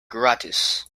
gratis